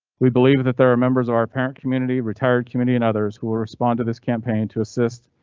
we believe that there are members of our parent community, retired community and others who will respond to this campaign to assist.